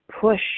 push